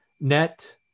net